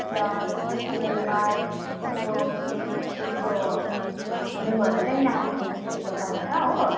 र कुसुमे रुमाल सुनको औँठी जस्तो फिल्महरू चाहिँ यहाँबाट निस्केको पाइन्छ हो